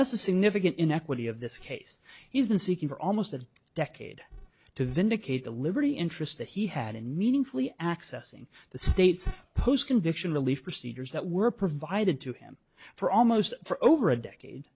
that's a significant inequity of this case he's been seeking for almost a decade to vindicate the liberty interest that he had in meaningfully accessing the states post conviction relief procedures that were provided to him for almost for over a decade